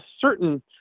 certain